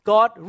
God